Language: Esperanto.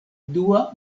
dua